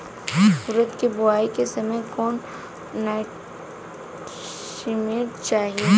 उरद के बुआई के समय कौन नौरिश्मेंट चाही?